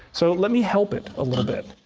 so let me help it a little bit.